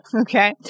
Okay